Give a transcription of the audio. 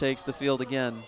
takes the field again